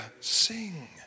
Sing